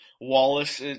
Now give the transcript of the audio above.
Wallace